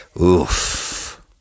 Oof